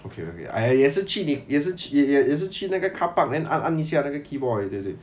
okay okay !aiya! 也是去你也是也也是去那个 car park then 按按一下那个 keyboard 而已对不对